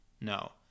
No